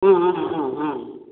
ஆ ஆ ஆ ஆ